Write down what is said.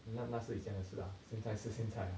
那那是以前的事 lah 现在是现在 lah